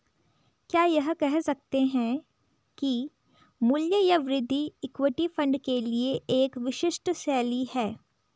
क्या यह कह सकते हैं कि मूल्य या वृद्धि इक्विटी फंड के लिए एक विशिष्ट शैली है?